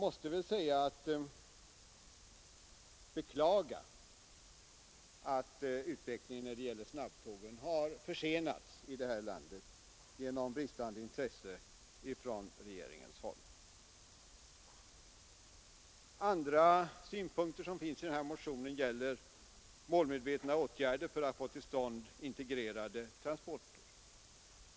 I detta sammanhang vill jag beklaga att utvecklingen av snabbtågen har försenats i det här landet genom bristande intresse från regeringens håll. Andra synpunkter gäller målmedvetna åtgärder för att få till stånd integrerade transporter.